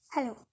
Hello